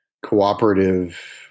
cooperative